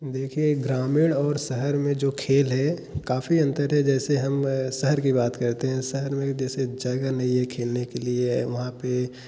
देखिये ग्रामीण और शहर में जो खेल है काफी अंतर है जैसे हम शहर की बात करते हैं शहर में जैसे जगह नहीं है खेलने के लिए वहाँ पर